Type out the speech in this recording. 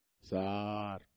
Sir